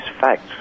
facts